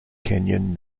canyon